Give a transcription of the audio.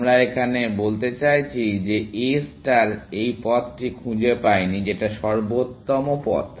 আমরা এহানে বলতে চাইছি যে A ষ্টার এই পথটি খুঁজে পায়নি যেটা সর্বোত্তম পথ